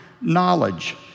knowledge